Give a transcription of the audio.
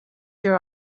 your